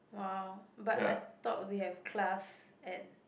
!wow! but I thought we have class at